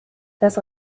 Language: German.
das